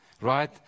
right